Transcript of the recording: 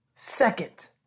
Second